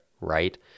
Right